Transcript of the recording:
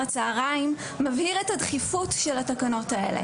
הצהריים מבהיר את הדחיפות של התקנות האלה.